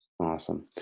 Awesome